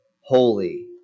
holy